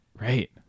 Right